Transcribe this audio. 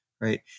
Right